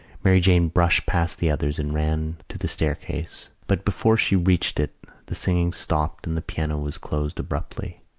mary jane brushed past the others and ran to the staircase, but before she reached it the singing stopped and the piano was closed abruptly.